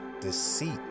deceit